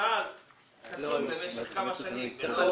שני סעיפים.